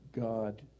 God